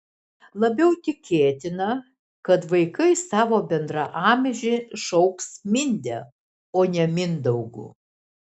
labiau tikėtina kad vaikai savo bendraamžį šauks minde o ne mindaugu